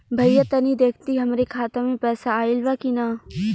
भईया तनि देखती हमरे खाता मे पैसा आईल बा की ना?